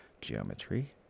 geometry